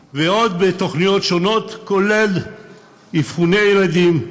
ועוד, בתוכניות שונות, כולל אבחוני ילדים,